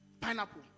pineapple